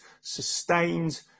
sustained